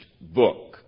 book